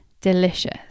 delicious